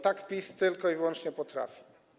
Tak PiS tylko i wyłącznie potrafi.